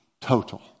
total